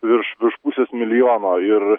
virš pusės milijono ir